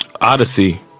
Odyssey